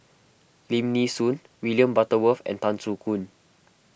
Lim Nee Soon William Butterworth and Tan Soo Khoon